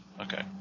Okay